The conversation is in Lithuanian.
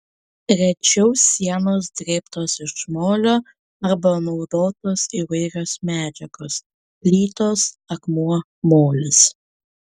rečiau sienos drėbtos iš molio arba naudotos įvairios medžiagos plytos akmuo molis